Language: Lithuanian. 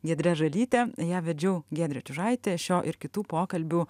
giedre žalyte ją vedžiau giedrė čiužaitė šio ir kitų pokalbių